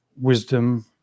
wisdom